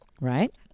right